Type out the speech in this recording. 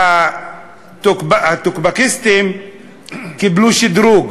שהטוקבקיסטים קיבלו שדרוג.